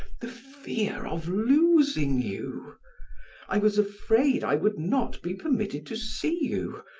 the fear of losing you i was afraid i would not be permitted to see you,